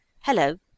Hello